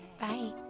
Bye